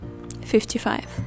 55